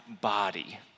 body